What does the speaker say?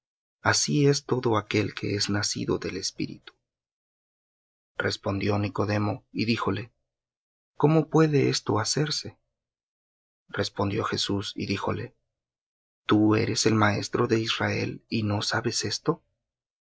así es todo aquel que es nacido del espíritu respondió nicodemo y díjole cómo puede esto hacerse respondió jesús y díjole tú eres el maestro de israel y no sabes esto